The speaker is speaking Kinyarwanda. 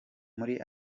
muri